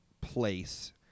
place